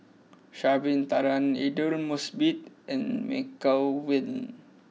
Sha'ari bin Tadin Aidli Mosbit and Michelle Lim